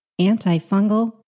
antifungal